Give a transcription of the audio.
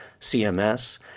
CMS